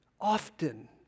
often